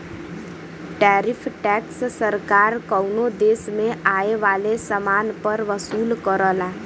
tariff tax सरकार कउनो देश में आये वाले समान पर वसूल करला